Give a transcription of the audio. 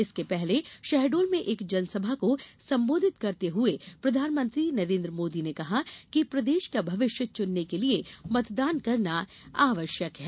इसके पहले शहडोल में एक जनसभा को सम्बोधित करते हुए प्रधानमंत्री नरेन्द्र मोदी ने कहा कि प्रदेश का भविष्य चुनने के लिये मतदान करना आवश्यक है